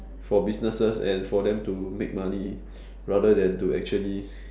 for businesses and for them to make money rather than to actually